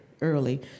early